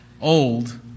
Old